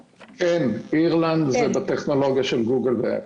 כן, אירלנד זה בטכנולוגיה של גוגל ואפל.